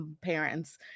parents